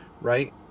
right